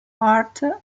art